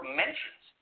mentions